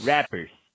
Rappers